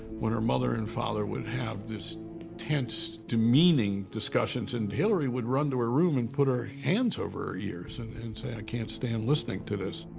when her mother and father would have these tense, demeaning discussions, and hillary would run to her room and put her hands over her ears and and say, i can't stand listening to this.